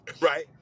right